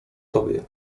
tobie